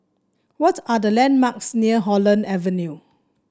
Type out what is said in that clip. what are the landmarks near Holland Avenue